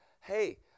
hey